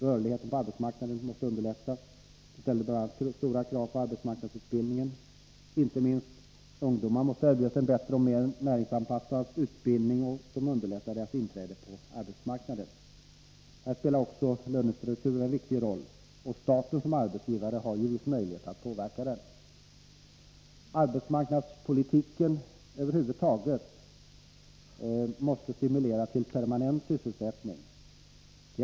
Rörligheten på arbetsmarknaden måste underlättas, vilket ställer stora krav på bl.a. arbetsmarknadsutbildningen. Inte minst ungdomarna måste erbjudas en bättre och mer näringslivsanpassad utbildning, som underlättar deras inträde på arbetsmarknaden. Här spelar också lönestrukturen en viktig roll. Staten som arbetstgivare har viss möjlighet att påverka denna. Arbetsmarknadspolitiken måste över huvud taget stimulera till permanent sysselsättning inom näringslivet.